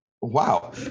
wow